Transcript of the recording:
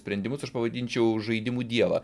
sprendimus aš pavadinčiau žaidimu dievą